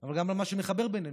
אבל גם על מה שמחבר בינינו.